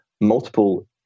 multiple